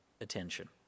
attention